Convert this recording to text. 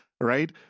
Right